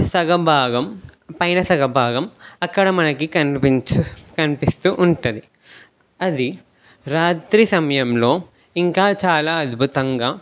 సగభాగం పైన సగభాగం అక్కడ మనకి కనిపించ కనిపిస్తూ ఉంటుంది అది రాత్రి సమయంలో ఇంకా చాలా అద్భుతంగా